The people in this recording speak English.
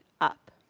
up